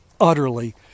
utterly